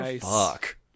Fuck